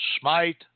smite